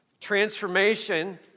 transformation